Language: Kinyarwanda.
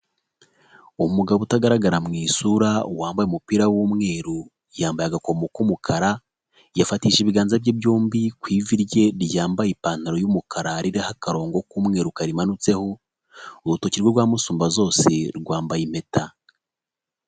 Umugabo utagaragara mu isura wambaye umupira w'umweru yambaye agakomo k'umukara, yafatishije ibiganza bye byombi ku ivi rye ryambaye ipantaro y'umukara ririho akarongo k'umweru karimanutseho, urutoki rwe rwa musumbazose rwambaye impeta.